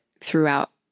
throughout